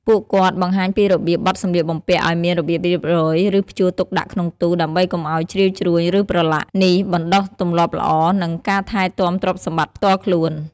ពួកគាត់បង្ហាញពីរបៀបបត់សម្លៀកបំពាក់ឲ្យមានរបៀបរៀបរយ ឬព្យួរទុកដាក់ក្នុងទូ ដើម្បីកុំឲ្យជ្រីវជ្រួញ ឬប្រឡាក់។ នេះបណ្ដុះទម្លាប់ល្អ និងការថែទាំទ្រព្យសម្បត្តិផ្ទាល់ខ្លួន។